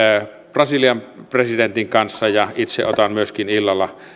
brasilian presidentin kanssa ja itse otan myöskin illalla